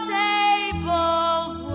table's